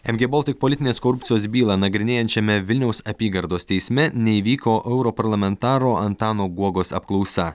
mg baltic politinės korupcijos bylą nagrinėjančiame vilniaus apygardos teisme neįvyko europarlamentaro antano guogos apklausa